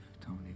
Tony